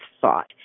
thought